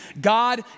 God